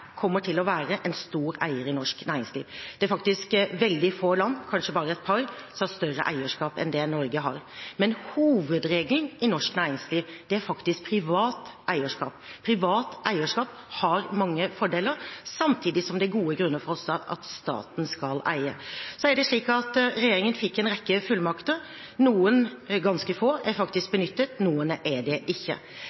kommer til å være en stor eier i norsk næringsliv. Det er faktisk veldig få land – kanskje bare et par – som har større eierskap enn det Norge har. Men hovedregelen i norsk næringsliv er faktisk privat eierskap. Privat eierskap har mange fordeler, samtidig som det er gode grunner for at staten skal eie. Så er det slik at regjeringen fikk en rekke fullmakter. Noen, ganske få, er faktisk